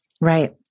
Right